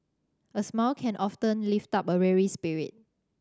a smile can often lift up a weary spirit